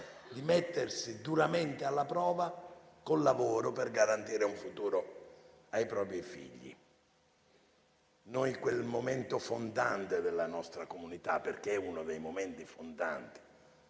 di mettersi duramente alla prova col lavoro per garantire un futuro ai propri figli. Noi quel momento fondante della nostra comunità - perché è tale - lo ricordiamo